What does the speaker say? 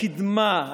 הקדמה,